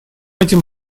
этим